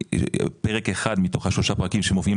פרק אחד מתוך שלושה פרקים שמופיעים